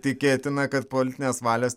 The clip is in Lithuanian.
tikėtina kad politinės valios